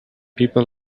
people